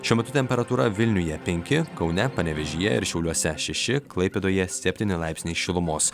šiuo metu temperatūra vilniuje penki kaune panevėžyje ir šiauliuose šeši klaipėdoje septyni laipsniai šilumos